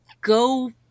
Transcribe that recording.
go